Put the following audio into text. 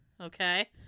Okay